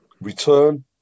return